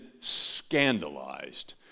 scandalized